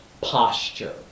posture